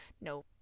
no